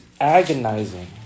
agonizing